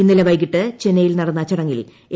ഇന്നലെ വൈകിട്ട് ചെന്നൈയിൽ നടന്ന ചടങ്ങിൽ എ